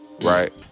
right